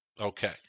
Okay